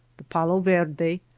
the palo verde,